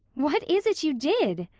what is it you did?